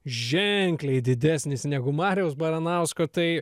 ženkliai didesnis negu mariaus baranausko tai